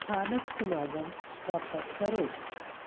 ਸਥਾਨਕ ਸਮਾਗਮ ਪ੍ਰਾਪਤ ਕਰੋ